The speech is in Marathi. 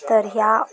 तर ह्या